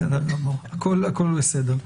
בסדר גמור, הכול בסדר.